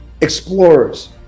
explorers